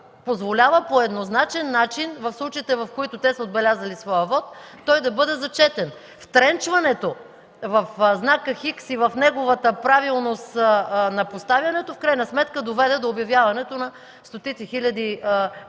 позволява по еднозначен начин в случаите, в които те са отбелязали своя вот, той да бъде зачетен. Втренчването в знака „Х” и в неговата правилност на поставянето в крайна сметка доведе до обявяването на стотици хиляди бюлетини